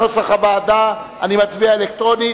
סעיף 12, כנוסח הוועדה, אני מצביע אלקטרונית.